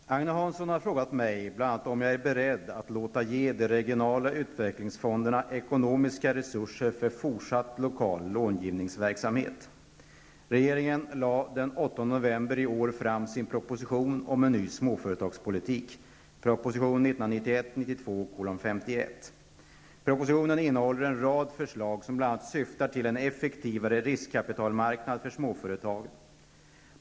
Herr talman! Agne Hansson har frågat mig bl.a. om jag är beredd att låta ge de regionala utvecklingsfonderna ekonomiska resurser för fortsatt lokal långivningsverksamhet. 1991/92:51). Propositionen innehåller en rad förslag som bl.a. syftar till en effektivare riskkapitalmarknad för småföretagen.